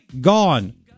gone